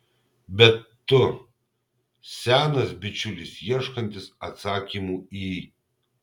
bet tu senas bičiulis ieškantis atsakymų į